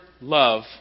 love